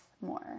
more